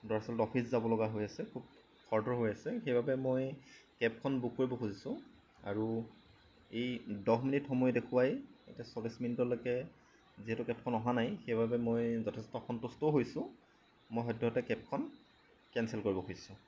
দৰাচলতে অফিচ যাব লগা হৈ আছে খুব খৰধৰ হৈ আছে সেইবাবে মই কেব খন বুক কৰিব খুজিছোঁ আৰু ই দহ মিনিট সময় দেখুৱাই এতিয়া চল্লিছ মিনিটলৈকে যিহেতু কেবখন অহা নাই সেইবাবে মই যথেষ্ট অসন্তুষ্টও হৈছোঁ মই সদ্য়হতে কেব খন কেনচেল কৰিব খুজিছোঁ